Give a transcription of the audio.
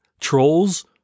Trolls